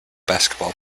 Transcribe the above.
basketball